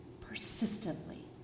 Persistently